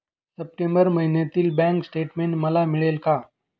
September महिन्यातील bank statement मला मिळेल का?